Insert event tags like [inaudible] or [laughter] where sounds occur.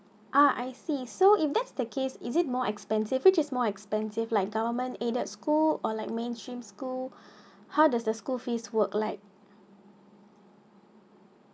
ah I see is so if that's the case is it more expensive which is more expensive like government aided school or like mainstream school [breath] how does the school fees work like